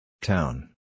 Town